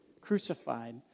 crucified